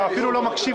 לפי מה שאני